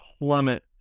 plummet